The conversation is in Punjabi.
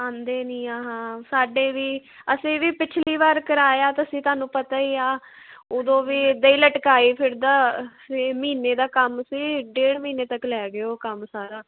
ਆਉਂਦੇ ਨਹੀਂ ਆ ਹਾਂ ਸਾਡੇ ਵੀ ਅਸੀਂ ਵੀ ਪਿਛਲੀ ਵਾਰ ਕਰਾਇਆ ਤਾਂ ਸੀ ਤੁਹਾਨੂੰ ਪਤਾ ਹੀ ਆ ਉਦੋਂ ਵੀ ਇੱਦਾਂ ਹੀ ਲਟਕਾਏ ਫਿਰਦਾ ਮਹੀਨੇ ਦਾ ਕੰਮ ਸੀ ਡੇਢ ਮਹੀਨੇ ਤੱਕ ਲੈ ਗਏ ਉਹ ਕੰਮ ਸਾਰਾ